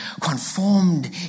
conformed